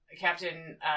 Captain